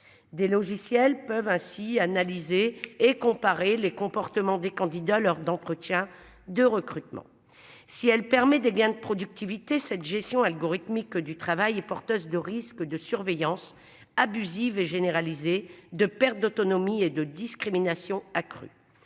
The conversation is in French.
des logiciels peuvent ainsi analyser et comparer les comportements des candidats lors d'entretiens de recrutement si elle permet des gains de productivité cette gestion algorithmique du travail est porteuse de risques de surveillance abusive et généralisé de perte d'autonomie et de discrimination accru